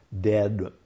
dead